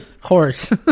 horse